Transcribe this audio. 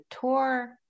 tour